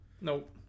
Nope